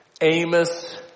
Amos